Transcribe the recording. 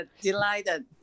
delighted